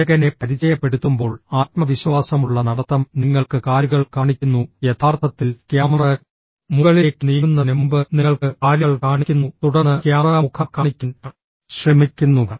നായകനെ പരിചയപ്പെടുത്തുമ്പോൾ ആത്മവിശ്വാസമുള്ള നടത്തം നിങ്ങൾക്ക് കാലുകൾ കാണിക്കുന്നു യഥാർത്ഥത്തിൽ ക്യാമറ മുകളിലേക്ക് നീങ്ങുന്നതിന് മുമ്പ് നിങ്ങൾക്ക് കാലുകൾ കാണിക്കുന്നു തുടർന്ന് ക്യാമറ മുഖം കാണിക്കാൻ ശ്രമിക്കുന്നു